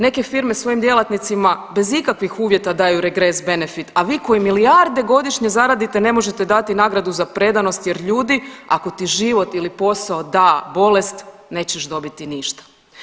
Neke firme svojim djelatnicima bez ikakvih uvjeta daju regres, benefit, a fi koji milijarde godišnje zaradite ne možete dati nagradu za predanost jer ljudi ako ti život ili posao da bolest nećeš dobiti ništa.